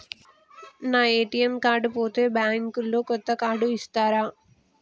నా ATM card పోతే bank లో కొత్త కార్డు ఇస్తరా?